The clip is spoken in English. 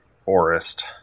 forest